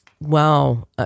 wow